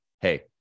hey